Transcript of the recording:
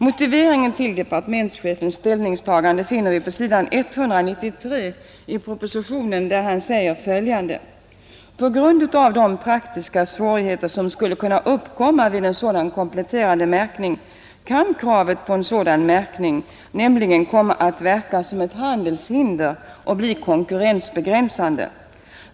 Motiveringen till departementschefens ställningstagande finner vi på s. 193 i propositionen, där han uttalar följande: ”På grund av de praktiska svårigheter som skulle uppkomma vid en sådan kompletterande märkning kan kravet på en sådan märkning nämligen komma att verka som ett handelshinder och bli konkurrensbegränsande.